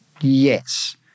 yes